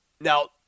Now